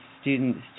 students